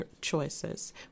choices